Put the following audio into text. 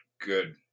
good